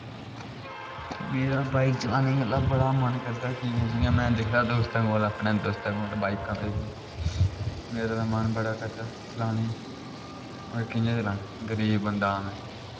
मेरा बाईक चलाने गल्ला बड़ा मन करदा जियां मैं दिखदा दोस्तैं कोल अपनैं दोस्तैं कोल बाईकां पेदियां मेरा दा मन बड़ा करदा चलाने पर कियां चलानी गरीब बंदां मैं